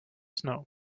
snow